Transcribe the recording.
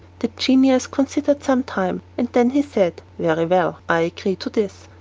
the genius considered some time, and then he said, very well, i agree to this.